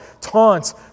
taunts